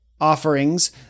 offerings